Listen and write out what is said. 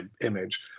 image